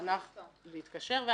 להתקשר.